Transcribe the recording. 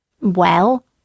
Well